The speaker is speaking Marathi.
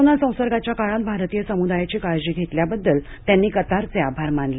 कोरोना संसर्गाच्या काळात भारतीय समुदायाची काळजी घेतल्याबद्दल त्यांनी कतारचे आभार मानले